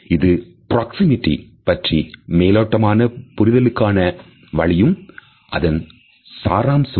இது பிராக்சிமிட்டி பற்றிய மேலோட்டமான புரிதலுக்கான வழியும் அதன் சாராம்சமாகும்